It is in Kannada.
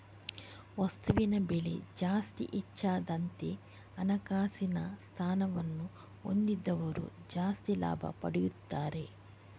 ವಸ್ತುವಿನ ಬೆಲೆ ಜಾಸ್ತಿ ಹೆಚ್ಚಾದಂತೆ ಹಣಕಾಸಿನ ಸ್ಥಾನವನ್ನ ಹೊಂದಿದವರು ಜಾಸ್ತಿ ಲಾಭ ಪಡೆಯುತ್ತಾರೆ